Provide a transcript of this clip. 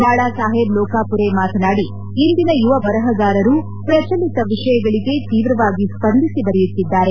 ಬಾಳಾ ಸಾಹೇಬ್ ಲೋಕಪುರೆ ಮಾತನಾಡಿ ಇಂದಿನ ಯುವ ಬರಹಗಾರರು ಪ್ರಚಲಿತ ವಿಷಯಗಳಿಗೆ ತೀವ್ರವಾಗಿ ಸ್ಪಂದಿಸಿ ಬರೆಯುತ್ತಿದ್ದಾರೆ